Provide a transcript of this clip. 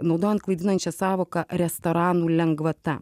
naudojant klaidinančią sąvoką restoranų lengvata